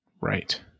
Right